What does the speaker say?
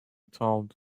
told